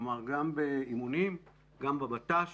כלומר, גם באימונים, גם בבט"ש